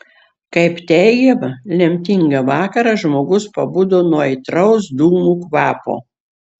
kaip teigiama lemtingą vakarą žmogus pabudo nuo aitraus dūmų kvapo